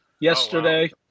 yesterday